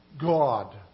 God